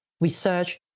research